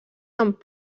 amb